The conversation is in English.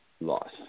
loss